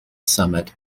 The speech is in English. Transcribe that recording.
summit